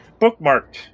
bookmarked